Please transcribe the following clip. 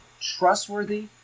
trustworthy